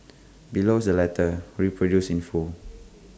below is the letter reproduced in full